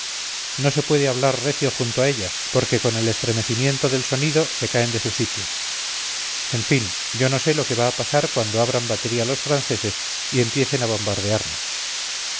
no se puede hablar recio junto a ellas porque con el estremecimiento del sonido se caen de su sitio en fin yo no sé lo que va a pasar cuando abran batería los franceses y empiecen a bombardearnos